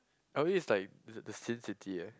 L_A is like the the Sin City eh